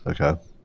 Okay